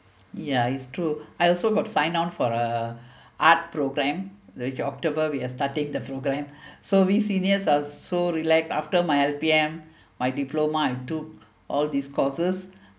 ya it's true I also got sign on for a art program which october we are starting the program so we seniors are so relax after my L_P_M my diploma I took all these courses